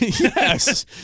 Yes